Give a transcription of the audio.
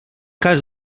cas